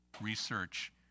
research